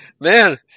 Man